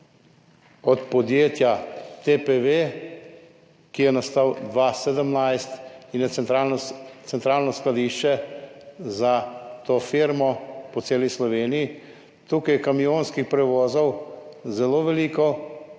od podjetja TPV, ki je nastalo leta 2017 in je centralno skladišče za to firmo po celi Sloveniji. Tukaj je kamionskih prevozov zelo veliko,